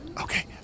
Okay